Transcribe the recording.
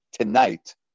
tonight